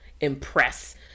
impress